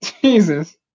Jesus